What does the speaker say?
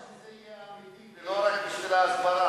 הלוואי שזה יהיה אמיתי, ולא רק בשביל ההסברה.